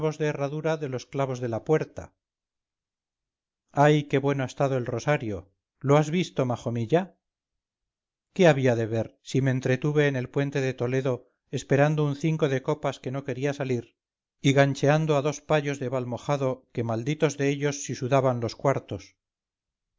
de herradura de los clavos de puerta ay qué bueno ha estado el rosario lo has visto majomilla qué había de ver si me entretuve en el puente de toledo esperando un cinco de copas que no quería salir y gancheado a dos payos de valmojado que malditos de ellos si sudaban dos cuartos